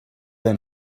then